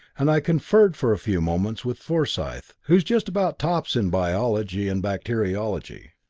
and i conferred for a few moments with forsyth, who's just about tops in biology and bacteriology.